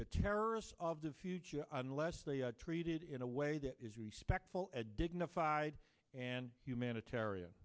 the terrorists of the future unless they are treated in a way that is respectful and dignified and humanitarian